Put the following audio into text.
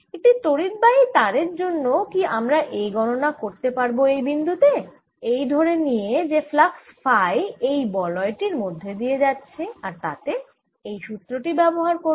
একটি তড়িদবাহী তারের জন্য কি আমরা A গণনা করতে পারব এই বিন্দু তে এই ধরে নিয়ে যে ফ্লাক্স ফাই এই বলয় টির মধ্যে দিয়ে যাচ্ছে আর তাতে এই সুত্র টি ব্যবহার করব